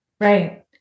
Right